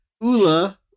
ULA